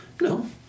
No